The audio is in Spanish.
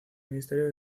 ministerio